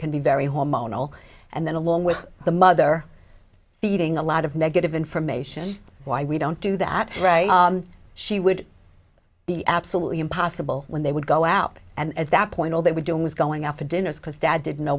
can be very hormonal and then along with the mother feeding a lot of negative information why we don't do that right she would be absolutely impossible when they would go out and at that point all they were doing was going out for dinner because dad didn't know